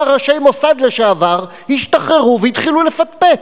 ראשי מוסד לשעבר ישתחררו ויתחילו לפטפט,